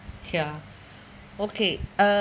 ya okay uh